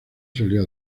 salió